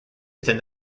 within